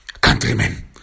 countrymen